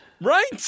Right